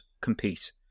compete